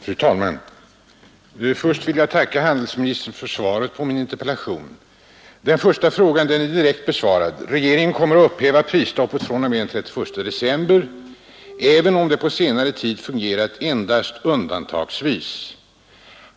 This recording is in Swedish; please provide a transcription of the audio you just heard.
Fru talman! Först vill jag tacka handelsministern för svaret på min interpellation. Den första frågan är direkt besvarad. Regeringen kommer att upphäva prisstoppet fr.o.m. den 1 januari nästa år, även om det på senare tid fungerat endast undantagsvis.